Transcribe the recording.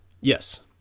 Yes